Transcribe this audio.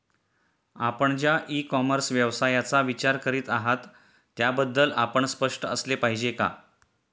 आपण ज्या e commerce व्यवसायाचा विचार करीत आहात त्याबद्दल आपण स्पष्ट असले पाहिजे का?